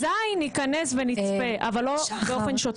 אזי נכנס ונצפה, אבל באופן שוטף.